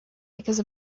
because